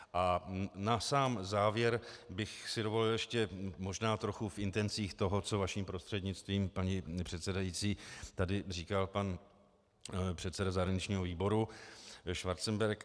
A na sám závěr bych si dovolil ještě možná trochu v intencích toho, co vaším prostřednictvím, paní předsedající, tady říkal pan předseda zahraničního výboru Schwarzenberg.